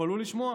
תתפלאו לשמוע.